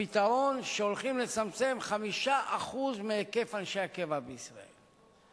הפתרון שהולכים לצמצם 5% מהיקף אנשי הקבע בישראל.